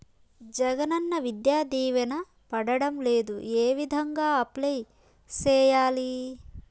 జగనన్న విద్యా దీవెన పడడం లేదు ఏ విధంగా అప్లై సేయాలి